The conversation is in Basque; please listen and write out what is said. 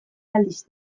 aldiz